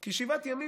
כי שבעת ימים,